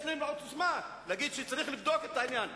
יש להם העוצמה להגיד שצריך לבדוק את העניין,